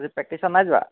আজি প্ৰেক্টিচত নাই যোৱা